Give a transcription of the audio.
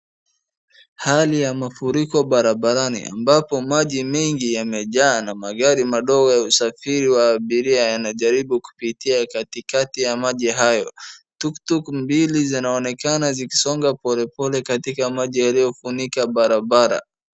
Hali ya mafuriko barabarani ambapo maji mengi yamejaa na magari madogo ya usafiri wa abiria yanajaribu kupitia katikati ya maji hayo tuktuk mbili zinaonekana zikisonga polepole katika maji yaliyofunika barabara.